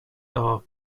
are